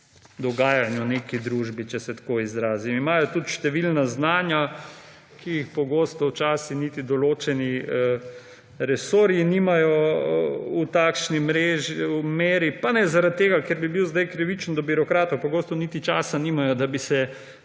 dogajanj v neki družbi, če se tako izrazim. Imajo tudi številna znanja, ki jih pogosto včasih niti določeni resorji nimajo v takšni meri, pa ne zaradi tega, ker bi bil sedaj krivičen do birokratov, pogosto niti časa nimajo, da bi se